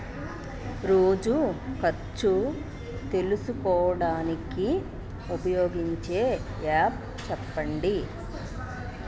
రోజు ఖర్చు తెలుసుకోవడానికి ఉపయోగపడే యాప్ చెప్పండీ?